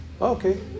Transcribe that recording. okay